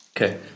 okay